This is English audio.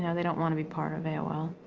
yeah they don't want to be part of aol.